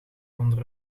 onder